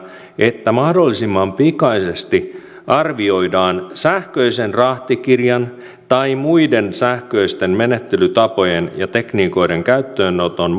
että mahdollisimman pikaisesti arvioidaan sähköisen rahtikirjan tai muiden sähköisten menettelytapojen ja tekniikoiden käyttöönoton